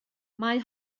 mae